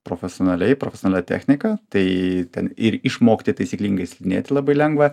profesionaliai profesionalia technika tai ten ir išmokti taisyklingai slidinėti labai lengva